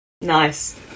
Nice